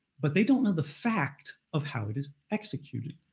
but they don't know the fact of how it is executed.